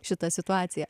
šitą situaciją